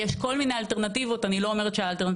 איני אומרת שאלו